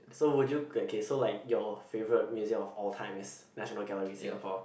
so would you okay so like your favourite museum of all time is National Gallery Singapore